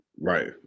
Right